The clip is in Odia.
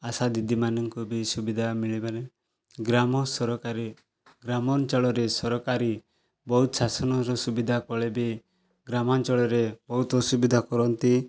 ଆଶା ଦିଦିମାନଙ୍କୁ ବି ସୁବିଧା ମିଳିବନି ଗ୍ରାମ ସରକାରୀ ଗ୍ରାମାଞ୍ଚଳରେ ସରକାରୀ ବହୁତ ଶାସନର ସୁବିଧା ପରେ ବି ଗ୍ରାମାଞ୍ଚଳରେ ବହୁତ ଅସୁବିଧା କରନ୍ତି